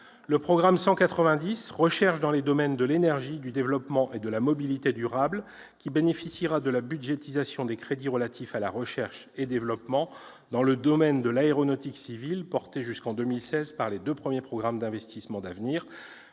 le programme 190, « Recherche dans les domaines de l'énergie, du développement et de la mobilité durables », qui bénéficiera de la budgétisation des crédits de recherche et développement dans le domaine de l'aéronautique civile qui figuraient, jusqu'en 2016, par les deux premiers programmes d'investissement d'avenir,